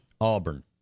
Auburn